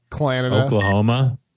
Oklahoma